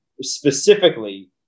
specifically